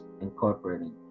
incorporating